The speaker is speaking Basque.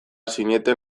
zineten